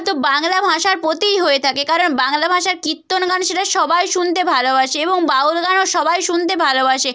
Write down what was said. তো বাংলা ভাষার প্রতিই হয়ে থাকে কারণ বাংলা ভাষার কীর্তন গান সেটা সবাই শুনতে ভালোবাসে এবং বাউল গানও সবাই শুনতে ভালোবাসে